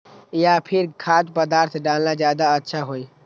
या फिर खाद्य पदार्थ डालना ज्यादा अच्छा होई?